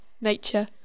Nature